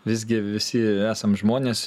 visgi visi esam žmonės